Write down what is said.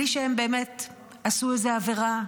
בלי שהם באמת עשו איזה עבירה.